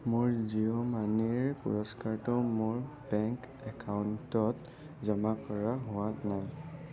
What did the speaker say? মোৰ জিঅ' মানিৰ পুৰস্কাৰটো মোৰ বেংক একাউণ্টত জমা কৰা হোৱা নাই